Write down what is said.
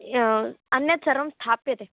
अन्यत् सर्वं स्थाप्यते